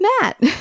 Matt